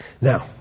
Now